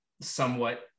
somewhat